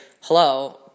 hello